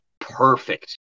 perfect